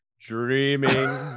dreaming